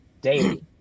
daily